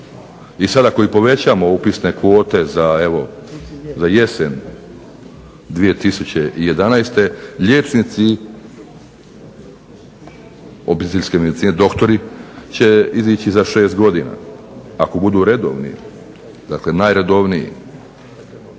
i sad ako povećamo upisne kvote za jesen 2011. liječnici obiteljske medicine, doktori će izići za 6 godina, ako budu redovni, dakle najredovniji.